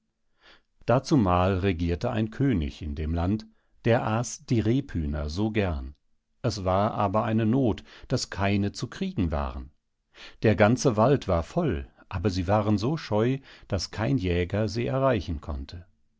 dazumal regierte ein könig in dem land der aß die rebhühner so gern es war aber eine noth daß keine zu kriegen waren der ganze wald war voll aber sie waren so scheu daß kein jäger sie erreichen konnte